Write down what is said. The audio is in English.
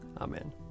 Amen